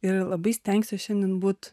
ir labai stengsiuos šiandien būt